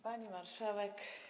Pani Marszałek!